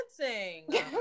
dancing